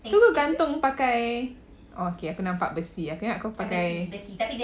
tu kau gantung pakai orh okay aku nampak besi aku ingat kau pakai